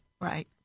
Right